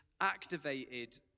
activated